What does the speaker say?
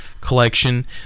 collection